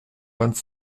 vingt